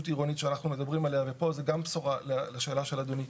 עירונית שאנחנו מדברים עליה ופה זה גם בשורה לשאלה של אדוני.